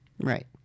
Right